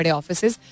offices